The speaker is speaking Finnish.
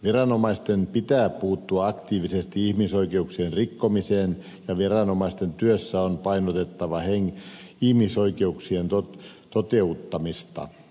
viranomaisten pitää puuttua aktiivisesti ihmisoikeuksien rikkomiseen ja viranomaisten työssä on painotettava ihmisoikeuksien toteuttamista